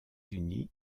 unis